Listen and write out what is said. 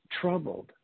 troubled